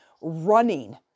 running